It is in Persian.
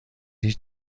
هیچ